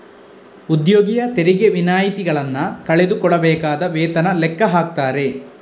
ಉದ್ಯೋಗಿಯ ತೆರಿಗೆ ವಿನಾಯಿತಿಗಳನ್ನ ಕಳೆದು ಕೊಡಬೇಕಾದ ವೇತನ ಲೆಕ್ಕ ಹಾಕ್ತಾರೆ